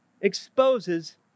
exposes